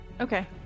Okay